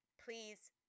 please